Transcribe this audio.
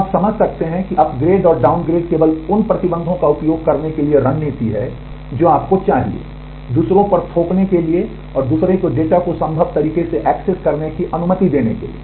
तो आप समझ सकते हैं कि अपग्रेड और डाउनग्रेड केवल उन प्रतिबंधों का उपयोग करने के लिए रणनीति है जो आपको चाहिए दूसरों पर थोपने के लिए और दूसरों को डेटा को संभव तरीके से एक्सेस करने की अनुमति देने के लिए